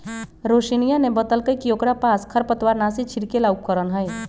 रोशिनीया ने बतल कई कि ओकरा पास खरपतवारनाशी छिड़के ला उपकरण हई